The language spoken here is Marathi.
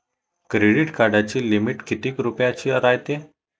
क्रेडिट कार्डाची लिमिट कितीक रुपयाची रायते?